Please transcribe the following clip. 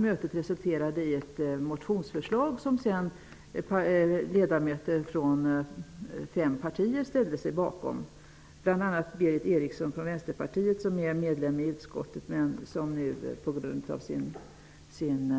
Mötet resulterade i ett motionsförslag som sedan ledamöter från fem partier ställde sig bakom, bl.a. Berith Eriksson från Vänsterpartiet som är medlem i utskottet men som nu på grund av sin